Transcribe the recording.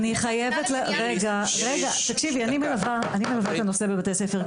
אני מלווה את הנושא בבתי ספר.